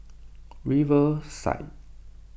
riverside